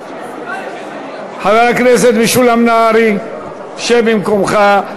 חבר הכנסת משולם נהרי, שב במקומך.